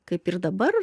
kaip ir dabar